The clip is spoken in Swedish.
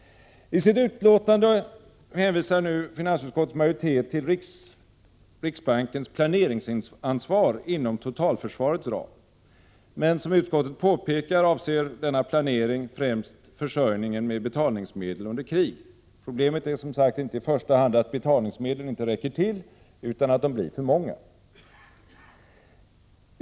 I sitt betänkande hänvisar finansutskottets majoritet till riksbankens planeringsansvar inom totalförsvarets ram. Men som utskottet påpekar avser denna planering främst försörjning med betalningsmedel under krig. Problemet är som sagt inte i första hand att betalningsmedlen inte räcker till utan att de blir för många.